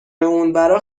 اونورا